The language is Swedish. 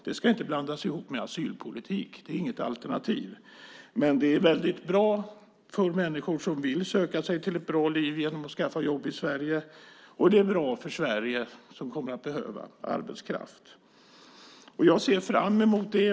Det ska inte blandas ihop med asylpolitik. Det är inget alternativ. Det är väldigt bra för människor som vill söka sig till ett bra liv genom att skaffa jobb i Sverige, och det är bra för Sverige som kommer att behöva arbetskraft. Jag ser fram emot det.